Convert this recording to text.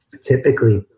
typically